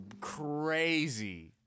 crazy